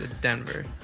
Denver